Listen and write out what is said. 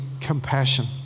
compassion